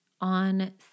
On